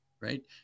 Right